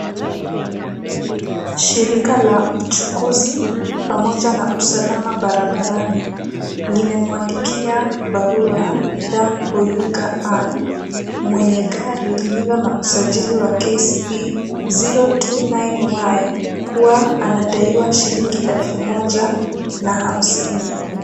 Shirika la uchukuzi pamoja na usalama barabara limemwandikia barua Dan Oyuga Anne mwenye gari lililo na usajili wa KCB 029Y kuwa anadaiwa shilingi elfu moja na hamsini.